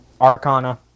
arcana